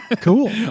cool